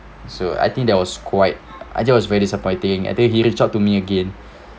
so I think that was quite I think it was very disappointing and then he reached out to me again